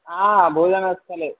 भोजनस्थले